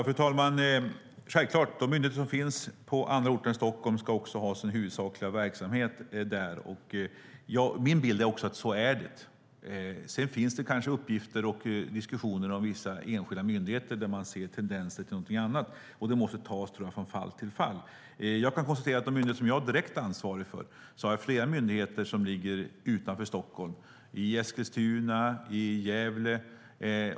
Fru talman! Självklart ska de myndigheter som finns på andra orter än Stockholm ha sin huvudsakliga verksamhet där. Min bild är att det också är så. Sedan finns det kanske uppgifter och diskussioner om vissa enskilda myndigheter där man ser tendenser till någonting annat, och det måste tas från fall till fall. Jag kan konstatera att flera av de myndigheter som jag är direkt ansvarig för ligger utanför Stockholm, till exempel i Eskilstuna och Gävle.